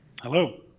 Hello